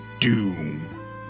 doom